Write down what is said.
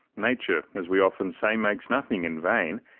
nature, as we often say, makes nothing in vain,